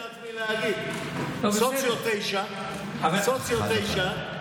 אם אתה גר בשוהם, תשמע, סוציו 9, ואללה.